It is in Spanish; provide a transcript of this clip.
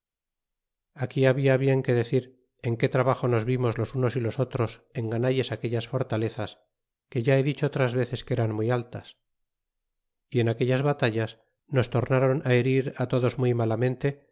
aqui habla bien que decir en qué trabajo nos vimos los unos y los otros en ganalles aquellas fortalezas que ya he dicho otras veces que eran muy altas y en aquellas batallas nos tornáron á herir á todos muy malamente